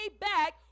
back